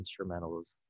instrumentals